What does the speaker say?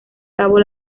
cabo